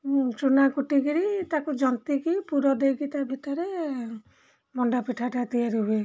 ଚୁନା କୁଟିକିରି ତାକୁ ଯନ୍ତିକି ପୁର ଦେଇକି ତା' ଭିତରେ ମଣ୍ଡାପିଠାଟା ତିଆରି ହୁଏ